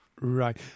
Right